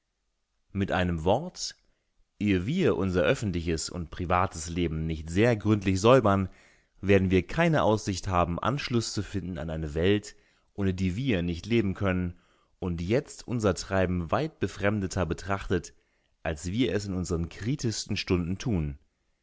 mit einem wort ehe wir unser öffentliches und privates leben nicht sehr gründlich säubern werden wir keine aussicht haben anschluß zu finden an eine welt ohne die wir nicht leben können und die jetzt unser treiben weit befremdeter betrachtet als wir es in unseren kritischsten stunden tun